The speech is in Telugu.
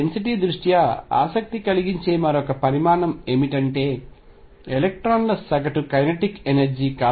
ఆ డెన్సిటీ దృష్ట్యా ఆసక్తి కలిగించే మరొక పరిమాణం ఏమిటంటే ఎలక్ట్రాన్ల సగటు కైనెటిక్ ఎనర్జీ